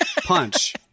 punch